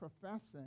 professing